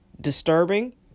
disturbing